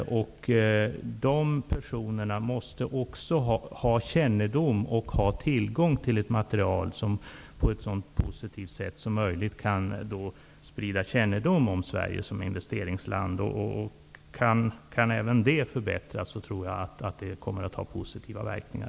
De personerna måste ha kännedom om och tillgång till material som kan sprida kännedom om Sverige som investeringsland på ett så positivt sätt som möjligt. Om även det kan förbättras tror jag att det kommer att få positiva verkningar.